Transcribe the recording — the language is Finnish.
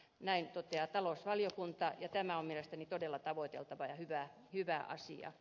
näin toteaa talousvaliokunta ja tämä on mielestäni todella tavoiteltava ja hyvä asia